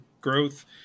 growth